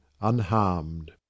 unharmed